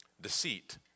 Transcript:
Deceit